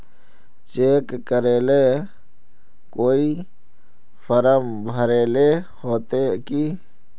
Cheque करेला कोई form भरेले होते की?